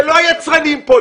אלה לא היצרנים כאן,